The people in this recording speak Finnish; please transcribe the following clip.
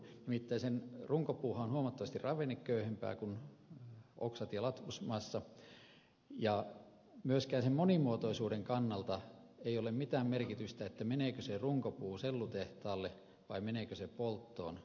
nimittäin runkopuuhan on huomattavasti ravinneköyhempää kuin oksat ja latvusmassa ja myöskään monimuotoisuuden kannalta ei ole mitään merkitystä meneekö se runkopuu sellutehtaalle vai meneekö se polttoon